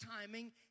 timing